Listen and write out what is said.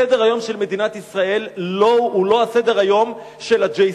סדר-היום של מדינת ישראל הוא לא סדר-היום של ה-J Street.